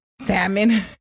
salmon